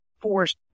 force